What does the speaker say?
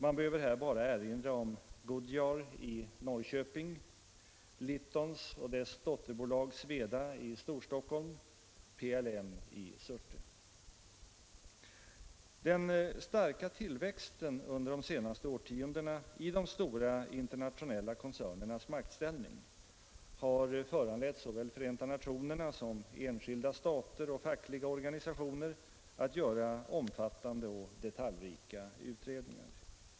Man behöver bara erinra om Goodyear i Norrköping, Littons och dess dotterbolag Sweda i Storstockholm samt PLM i Surte. Den starka tillväxten under de senaste årtiondena i de stora internationella koncernernas maktställning har föranlett såväl Förenta nationerna som enskilda stater och fackliga organisationer att göra omfattande och detaljrika utredningar.